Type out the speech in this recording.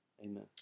Amen